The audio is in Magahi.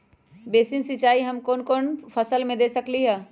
बेसिन सिंचाई हम कौन कौन फसल में दे सकली हां?